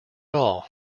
all